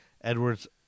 Edwards